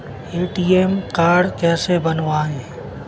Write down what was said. ATM card कैसे बनवाएँ?